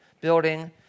building